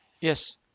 Yes